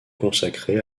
consacrée